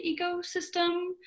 Ecosystem